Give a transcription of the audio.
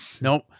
Nope